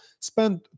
spend